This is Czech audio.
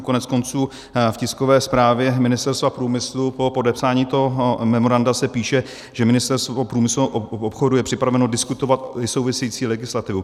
Koneckonců v tiskové zprávě Ministerstva průmyslu po podepsání toho memoranda se píše, že Ministerstvo průmyslu a obchodu je připraveno diskutovat i související legislativu.